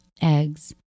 eggs